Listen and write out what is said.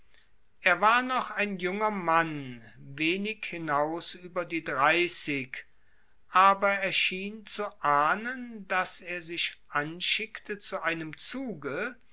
er war noch ein junger mann wenig hinaus ueber die dreissig aber er schien zu ahnen als er sich anschickte zu seinem zuge